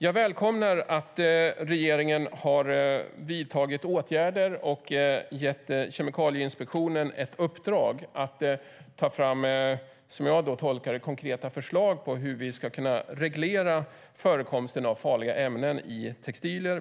Jag välkomnar att regeringen har vidtagit åtgärder och gett Kemikalieinspektionen ett uppdrag att, som jag tolkar det, ta fram konkreta förslag på hur vi på EU-nivå ska kunna reglera förekomsten av farliga ämnen i textilier.